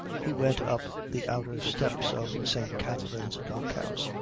he went up the outer steps of st. katherine's dock house,